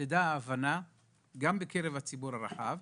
התחדדה ההבנה גם בקרב הציבור הרחב,